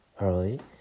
early